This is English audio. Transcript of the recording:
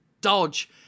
dodge